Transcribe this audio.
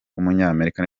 w’umunyamerika